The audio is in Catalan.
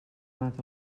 mata